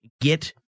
get